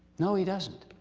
no, he doesn't.